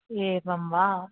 एवं वा